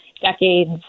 decades